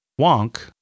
Wonk